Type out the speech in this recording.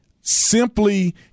simply